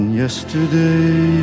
yesterday